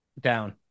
Down